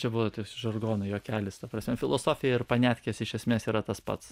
čia buvo toks žargono juokelis ta prasme filosofija ir paniatkės iš esmės yra tas pats